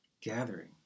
gathering